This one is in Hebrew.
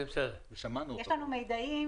יש לנו מידע,